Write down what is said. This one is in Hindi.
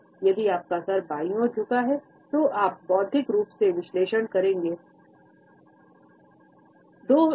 यदि आपका सिर बाईं ओर झुकता है तो आप बौद्धिक रूप से विश्लेषण करने की संभावना रखते हैं